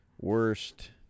worst